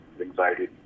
anxiety